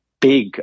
big